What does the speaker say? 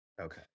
Okay